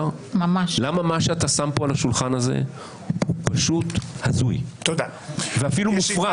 למה מה שאתה שם פה על השולחן הזה הוא פשוט הזוי ואפילו מופרך.